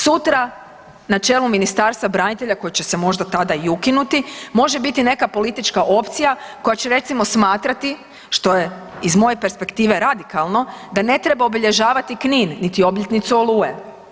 Sutra na čelu Ministarstva branitelja koji će se možda tada i ukinuti može biti neka politička opcija koja će recimo smatrati što je iz moje perspektive radikalno, da ne treba obilježavati Knin niti obljetnicu Oluje.